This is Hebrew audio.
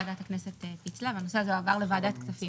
ועדת הכנסת פיצלה והנושא הזה הועבר לוועדת הכספים.